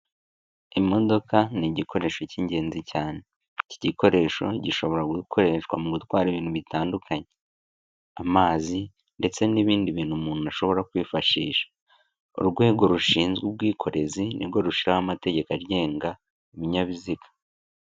Imodoka ni igikoresho cy'ingenzi cyane. Iki gikoresho gishobora gukoreshwa mu gutwara ibintu bitandukanye, amazi ndetse n'ibindi bintu umuntu ashobora kwifashisha, urwego rushinzwe ubwikorezi ni rwo rushyiraho amategeko agenga ibinyabiziga.